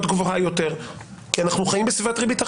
גבוהה יותר כי אנחנו חיים בסביבת ריבית אחרת.